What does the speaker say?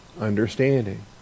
understanding